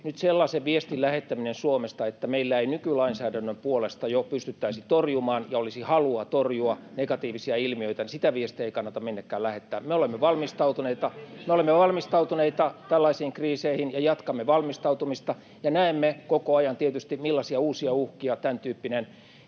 Nyt sellaisen viestin lähettäminen Suomesta, että meillä ei nykylainsäädännön puolesta jo pystyttäisi torjumaan ja ei olisi halua torjua negatiivisia ilmiöitä, sitä viestiä ei kannata minnekään lähettää. [Perussuomalaisten ryhmästä: Miksi lähetätte?] Me olemme valmistautuneita tällaisiin kriiseihin ja jatkamme valmistautumista ja näemme koko ajan tietysti, millaisia uusia uhkia tämäntyyppinen